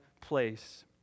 place